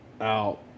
out